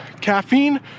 caffeine